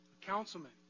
councilman